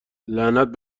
لعنت